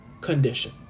condition